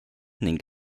ning